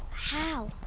how?